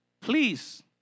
Please